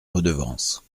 redevances